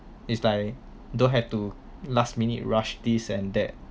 it's like don't have to last minute rush this and that